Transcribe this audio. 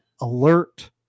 alert